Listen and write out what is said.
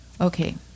Okay